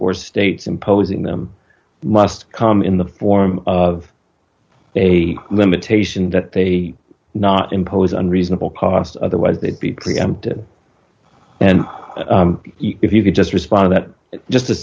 or states imposing them must come in the form of a limitation that they not impose unreasonable cost otherwise they'd be preempted and if you could just respond that just to